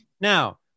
Now